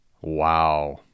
Wow